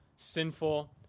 sinful